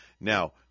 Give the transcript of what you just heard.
Now